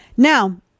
Now